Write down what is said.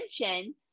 attention